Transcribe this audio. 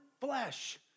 flesh